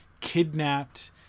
kidnapped